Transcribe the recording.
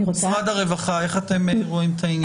משרד הרווחה, איך אתם רואים את העניין?